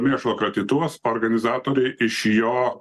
mėšlo kratytuvas organizatoriai iš jo